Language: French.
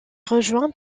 rejoint